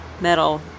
metal